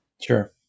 Sure